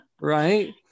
right